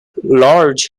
large